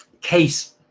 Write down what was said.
case